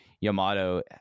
Yamato